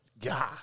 God